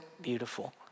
beautiful